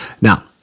Now